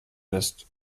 lässt